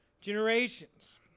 generations